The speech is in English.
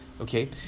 okay